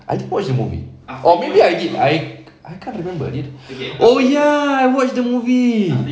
I didn't watch the movie or maybe I did I I can't remember it oh ya I watch the movie